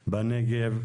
בנגב,